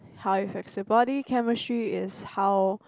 how it affects your body chemistry is how